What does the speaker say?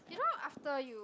you know after you